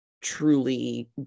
truly